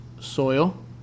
soil